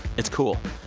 it's cool.